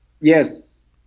Yes